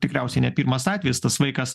tikriausiai ne pirmas atvejis tas vaikas